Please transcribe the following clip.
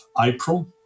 April